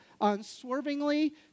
unswervingly